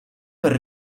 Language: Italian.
per